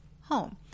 home